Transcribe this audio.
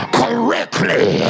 correctly